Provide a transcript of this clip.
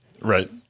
Right